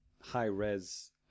high-res –